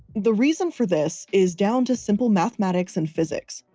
the reason for this is down to simple mathematics and physics.